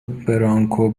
برانکو